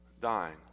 dying